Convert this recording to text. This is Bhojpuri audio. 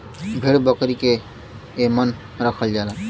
भेड़ बकरी के एमन रखल जाला